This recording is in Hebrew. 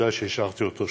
עובדה שהשארתי אותו שם.